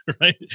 right